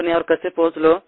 आपण यावर कसे पोहोचलो